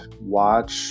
watch